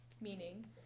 meaning